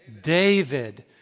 David